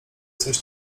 coś